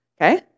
okay